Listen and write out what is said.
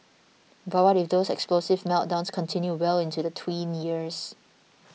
but what if those explosive meltdowns continue well into the tween years